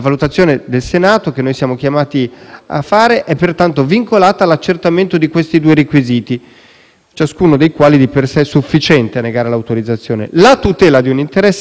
(ciascuno dei quali di per sé sufficiente a negare l'autorizzazione): la tutela di un interesse dello Stato costituzionalmente rilevante e il perseguimento di un preminente interesse pubblico.